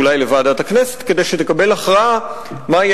אולי לוועדת הכנסת כדי שתקבל הכרעה מהי